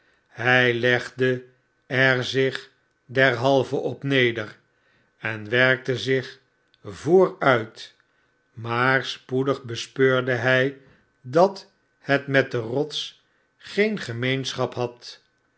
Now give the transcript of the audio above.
hy legde er zich derhalve op neder en werkte zich vooruit maar spoedig bespeurde hij dat het met de rots geen gemeenschap had